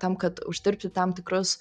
tam kad uždirbti tam tikrus